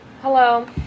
Hello